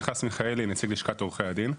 נציג לשכת עורכי הדין,